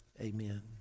Amen